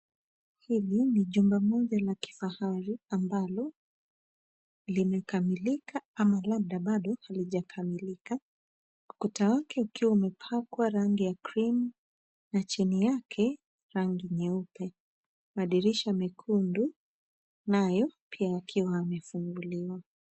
Hili ni jumba moja la kifahari ambalo limekamilika ama labda bado halijakamilika, ukuta wake ukiwa umepakwa rangi ya krimu na chini yake rangi nyeupe. Madirisha mekundu nayo pia yakiwa yamefunguliwa.